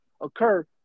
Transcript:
occur